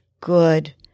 Good